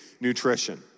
nutrition